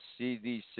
CDC